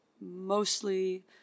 Mostly